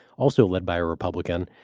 also led by a republican.